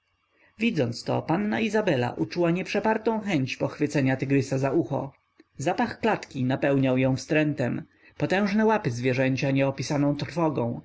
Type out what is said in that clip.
widząc to panna izabela uczuła nieprzepartą chęć pochwycenia tygrysa za ucho zapach klatki napełniał ją wstrętem potężne łapy zwierzęcia nieopisaną trwogą